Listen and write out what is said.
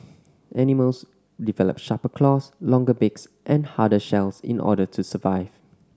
animals develop sharper claws longer beaks and harder shells in order to survive